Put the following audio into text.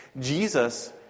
Jesus